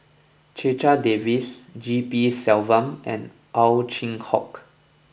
Checha Davies G P Selvam and Ow Chin Hock